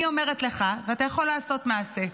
אני אומרת לך, אתה יכול לעשות מעשה.